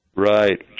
Right